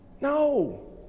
No